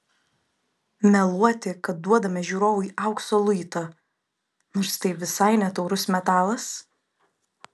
meluoti kad duodame žiūrovui aukso luitą nors tai visai ne taurus metalas